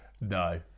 no